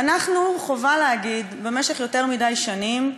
ואנחנו, חובה להגיד, במשך יותר מדי שנים,